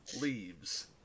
leaves